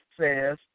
says